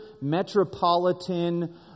metropolitan